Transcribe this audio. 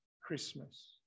Christmas